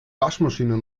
waschmaschine